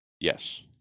Yes